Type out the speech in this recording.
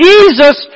Jesus